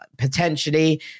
potentially